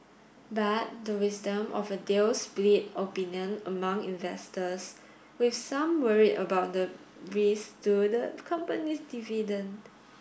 but the wisdom of a deal split opinion among investors with some worried about the risk to the company's dividend